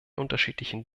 unterschiedlichen